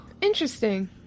Interesting